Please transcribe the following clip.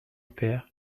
père